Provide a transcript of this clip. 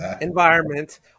environment